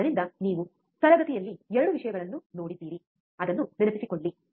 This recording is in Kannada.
ಆದ್ದರಿಂದ ನಾವು ತರಗತಿಯಲ್ಲಿ ಎರಡೂ ವಿಷಯಗಳನ್ನು ನೋಡಿದ್ದೇವೆ ಅದನ್ನು ನೆನಪಿಸಿಕೊಳ್ಳಿ